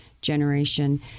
generation